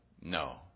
No